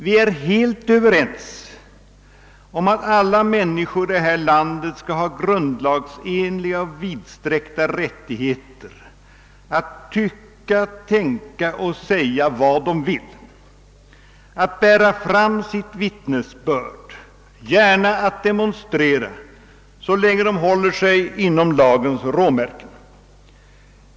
Vi är helt överens om att alla människor i vårt land skall ha grundlagsenliga och vidsträckta rättigheter att tycka, tänka och säga vad de vill, att bära fram sitt vittnesbörd och gärna att demonstrera — så länge de håller sig inom lagens råmärken.